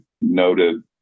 noted